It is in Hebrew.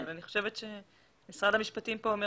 אבל משרד המשפטים פה אומר